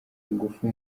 ingufu